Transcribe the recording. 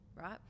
right